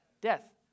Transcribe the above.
Death